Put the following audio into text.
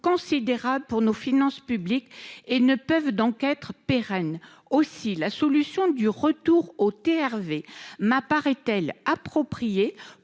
considérable pour nos finances publiques et ne peuvent donc être pérenne aussi la solution du retour au TRV m'apparaît tel approprié